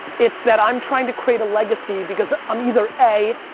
it's that i'm trying to create a legacy because i'm either a,